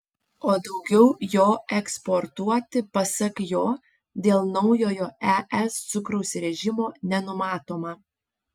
o daugiau jo eksportuoti pasak jo dėl naujojo es cukraus režimo nenumatoma